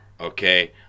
okay